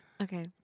Okay